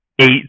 Eight